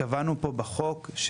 קבענו פה בחוק,